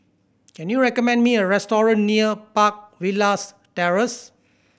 can you recommend me a restaurant near Park Villas Terrace